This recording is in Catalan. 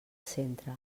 centre